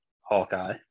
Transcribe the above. Hawkeye